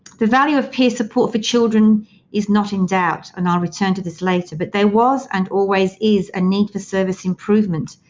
the value of peer support for children is not in doubt, and i'll return to this later, but there was and always is a need for service improvement